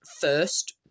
first